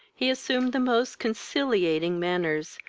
he assumed the most conciliating manners,